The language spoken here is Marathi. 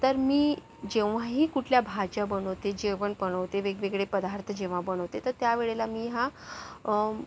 तर मी जेव्हाही कुठल्या भाज्या बनवते जेवण बनवते वेगवेगळे पदार्थ जेव्हा बनवते तर त्या वेळेला मी हा